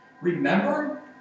Remember